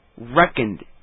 reckoned